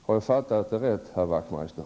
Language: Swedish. Har jag fattat det rätt, Ian Wachtmeister?